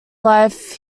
life